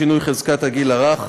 שינוי חזקת הגיל הרך),